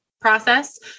process